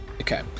Okay